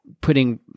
putting